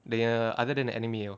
dia nya other than the anime